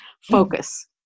focus